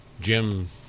Jim